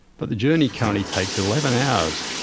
but the journey currently takes eleven hours,